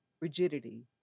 Rigidity